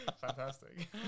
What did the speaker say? Fantastic